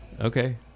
Okay